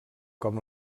com